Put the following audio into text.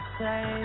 say